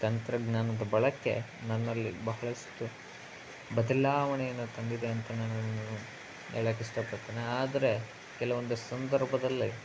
ತಂತ್ರಜ್ಞಾನದ ಬಳಕೆ ನನ್ನಲ್ಲಿ ಬಹಳಷ್ಟು ಬದಲಾವಣೆಯನ್ನು ತಂದಿದೆ ಅಂತ ನಾನು ಹೇಳಕ್ ಇಷ್ಟಪಡ್ತೀನಿ ಆದರೆ ಕೆಲವೊಂದು ಸಂದರ್ಭದಲ್ಲಿ